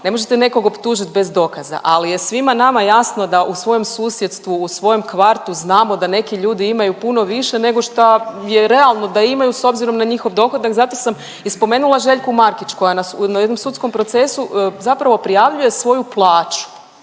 ne možete nekog optužiti bez dokaza, ali je svima nama jasno da u svojem susjedstvu, u svojem kvartu znamo da neki ljudi imaju puno više nego šta je realno da imaju s obzirom na njihov dohodak. Zato sam i spomenula Željku Markić koja nas u jednom sudskom procesu zapravo prijavljuje svoju plaću.